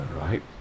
Right